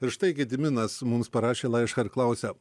ir štai gediminas mums parašė laišką ir klausia